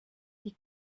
die